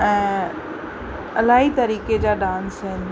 ऐं इलाही तरीक़े जा डांस आहिनि